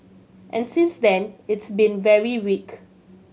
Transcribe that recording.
and since then it's been very weak